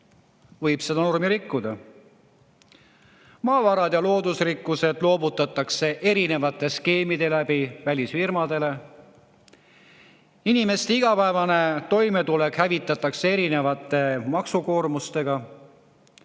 võib seda normi rikkuda. Maavarad ja loodusrikkused loovutatakse erinevate skeemide kaudu välisfirmadele. Inimeste igapäevane toimetulek hävitatakse erinevate maksude koormusega.